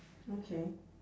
okay